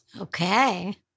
Okay